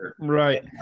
Right